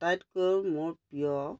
আটাইতকৈও মোৰ প্ৰিয়